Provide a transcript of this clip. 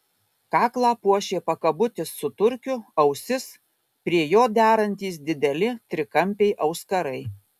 kaklą puošė pakabutis su turkiu ausis prie jo derantys dideli trikampiai auskarai